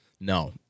No